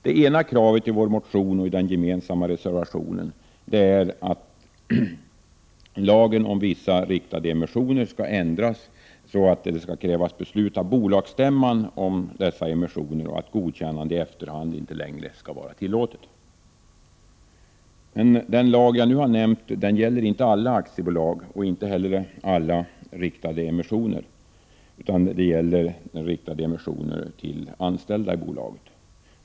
Det ena kravet i vår motion och i den gemensamma reservationen är att lagen om vissa riktade emissioner skall ändras så att det skall krävas beslut av bolagsstämman om dessa emissioner och att godkännande i efterhand inte skall vara tillåtet. Den lag jag nu har nämnt gäller inte alla aktiebolag och inte heller alla riktade emissioner, utan den gäller riktade emissioner till anställda i bolaget.